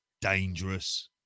dangerous